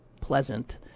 pleasant